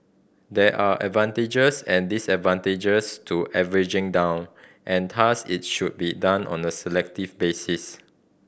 there are advantages and disadvantages to averaging down and thus it should be done on a selective basis